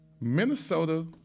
Minnesota